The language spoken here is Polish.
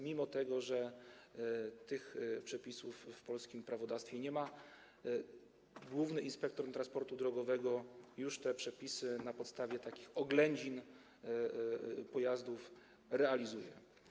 Mimo że tych przepisów w polskim prawodawstwie nie ma, główny inspektor transportu drogowego już te przepisy na podstawie takich oględzin pojazdów realizuje.